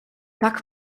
tak